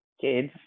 kids